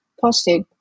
posted